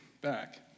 back